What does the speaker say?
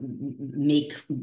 make